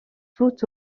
tout